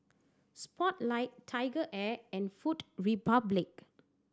Spotlight TigerAir and Food Republic